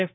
F